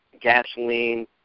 gasoline